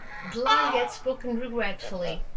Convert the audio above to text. the lhari had spoken regretfully,